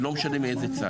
ולא משנה מאיזה צד.